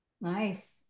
nice